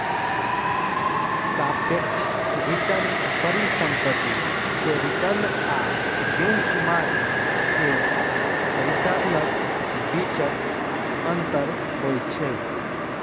सापेक्ष रिटर्न परिसंपत्ति के रिटर्न आ बेंचमार्क के रिटर्नक बीचक अंतर होइ छै